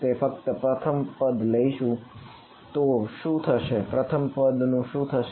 તેથી ફક્ત પ્રથમ પદ લઈશું તો શું થશે પ્રથમ પદ નું શું થશે